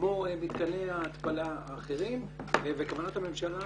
כמו מתקני ההתפלה האחרים וכוונת הממשלה